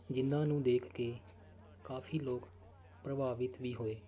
ਜਿਹਨਾਂ ਨੂੰ ਦੇਖ ਕੇ ਕਾਫੀ ਲੋਕ ਪ੍ਰਭਾਵਿਤ ਵੀ ਹੋਏ